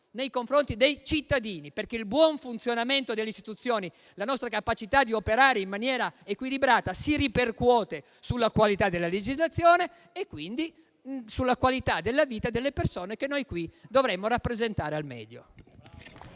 nei confronti dei cittadini, perché il buon funzionamento delle istituzioni e la nostra capacità di operare in maniera equilibrata si ripercuotono sulla qualità della legislazione e, quindi, sulla qualità della vita delle persone che noi qui dovremmo rappresentare al meglio.